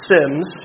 Sims